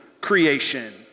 creation